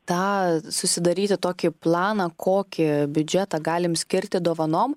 tą susidaryti tokį planą kokį biudžetą galim skirti dovanom